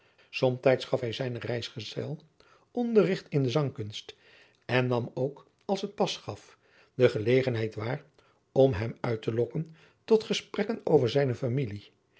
somtijds gaf hij zijnen reisgezel onderrigt in de zangkunst en nam ook als het pas gaf de gelegenheid waar om hem uit te lokken tot gesprekken over zijne familie